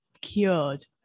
cured